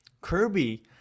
Kirby